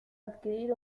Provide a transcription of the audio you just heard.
adquirir